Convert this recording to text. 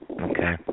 Okay